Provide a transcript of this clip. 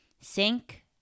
Sink